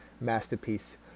masterpiece